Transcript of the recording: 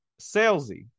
salesy